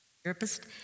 Therapist